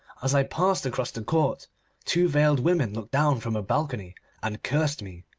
as i passed across the court two veiled women looked down from a balcony and cursed me.